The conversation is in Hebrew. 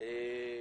אמרתי